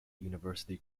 university